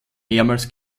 mehrmals